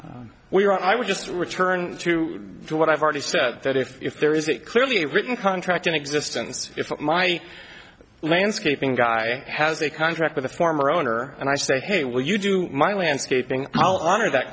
and we're i would just return to what i've already said that if there is a clearly written contract in existence if my landscaping guy has a contract with a former owner and i say hey will you do my landscaping i'll honor that